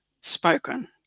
spoken